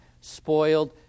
spoiled